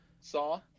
Saw